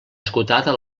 esgotada